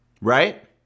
Right